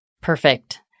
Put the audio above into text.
Perfect